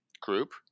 group